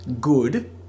good